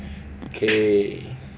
okay